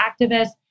activists